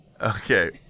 Okay